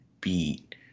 beat